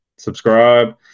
Subscribe